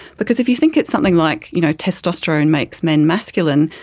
because if you think it's something like you know testosterone makes men masculine,